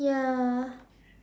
ya